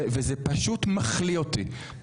אם יהיה לה משהו להגיד, היא תגיד בשמחה.